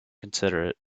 considerate